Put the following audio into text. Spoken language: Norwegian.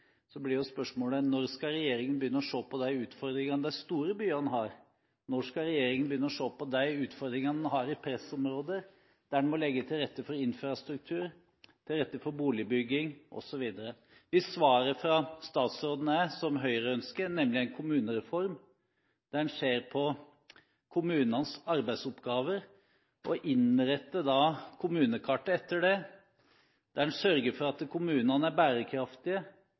så stor vekt på, og som gjennom statsråden nå uttrykker stor bekymring for, at de minste kommunene som mister innbyggere, kan risikere å få problemer fordi rammetilskuddet går ned: Når skal regjeringen begynne å se på de utfordringene de store byene har? Når skal regjeringen begynne å se på de utfordringene en har i pressområder, der en må legge til rette for infrastruktur og boligbygging osv.? Hvis svaret fra statsråden, som Høyre ønsker, er en kommunereform der en ser på kommunenes arbeidsoppgaver